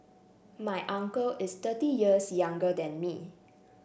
my uncle is thirty years younger than me